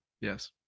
Yes